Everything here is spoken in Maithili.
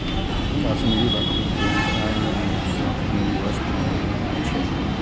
काश्मीरी बकरी के मोलायम ऊन सं उनी वस्त्र बनाएल जाइ छै